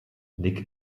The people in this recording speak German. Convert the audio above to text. nick